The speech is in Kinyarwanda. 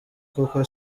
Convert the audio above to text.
kuko